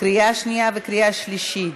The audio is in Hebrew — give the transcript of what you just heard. לקריאה שנייה וקריאה שלישית.